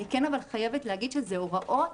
אני כן חייבת להגיד שאלו הוראות